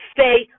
Stay